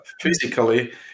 physically